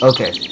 Okay